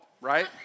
right